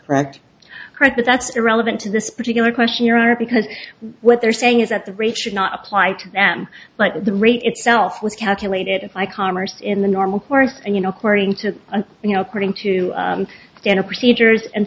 correct correct but that's irrelevant to this particular question your honor because what they're saying is that the rate should not apply to them but the rate itself was calculated by commerce in the normal course and you know according to a you know according to anna procedures and